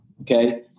okay